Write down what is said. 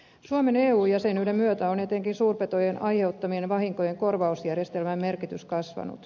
suomen eu jäsenyyden myötä on etenkin suurpetojen aiheuttamien vahinkojen korvausjärjestelmän merkitys kasvanut